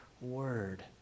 word